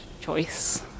choice